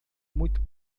muito